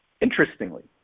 interestingly